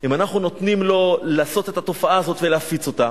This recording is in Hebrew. אם אנחנו נותנים לו לעשות את התופעה הזאת ולהפיץ אותה,